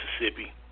Mississippi